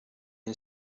این